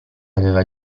aveva